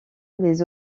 les